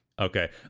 okay